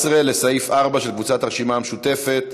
14, לסעיף 4, של קבוצת הרשימה המשותפת.